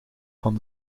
van